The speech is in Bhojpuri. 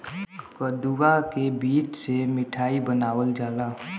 कदुआ के बीज से मिठाई बनावल जाला